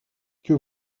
que